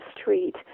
street